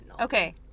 okay